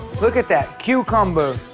look at that cucumber,